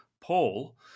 Paul